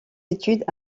études